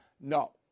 No